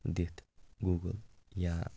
دِتھ گوٗگٕل یا